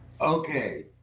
Okay